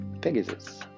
Pegasus